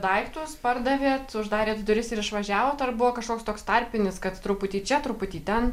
daiktus pardavėt uždarėt duris ir išvažiavot ar buvo kažkoks toks tarpinis kad truputį čia truputį ten